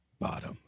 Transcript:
bottom